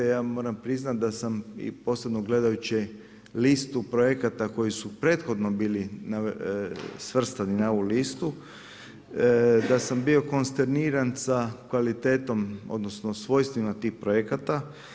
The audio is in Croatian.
Ja moram priznati da sam i posebno gledajući listu projekata koji su prethodno bili svrstani na ovu listu, da sam bio konsterniran sa kvalitetom odnosno svojstvima tih projekata.